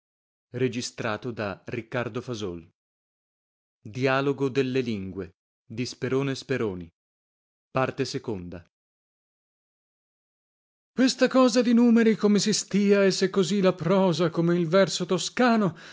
di questa lingua bem questa cosa di numeri come si stia e se così la prosa come il verso toscano